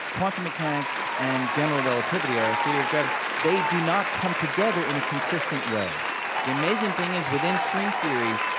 quantum mechanics and general relativity or our theory of gravity they do not come together in a consistent way the amazing thing is within string theory,